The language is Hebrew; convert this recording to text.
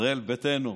ישראל ביתנו,